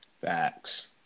Facts